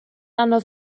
anodd